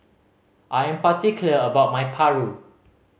I am particular about my paru